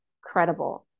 credible